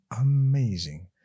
amazing